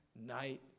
night